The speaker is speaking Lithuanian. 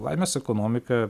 laimės ekonomika